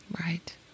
Right